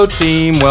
team